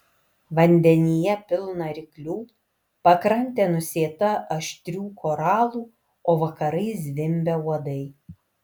vandenyje pilna ryklių pakrantė nusėta aštrių koralų o vakarais zvimbia uodai